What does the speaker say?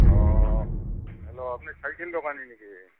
অঁ হেল্ল' আপুনি চাইকেল দোকানী নেকি